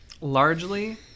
largely